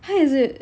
how is it